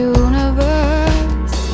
universe